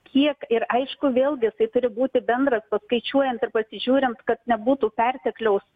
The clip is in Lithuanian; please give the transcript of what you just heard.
kiek ir aišku vėlgi jisai turi būti bendras paskaičiuojant ir pasižiūrint kad nebūtų pertekliaus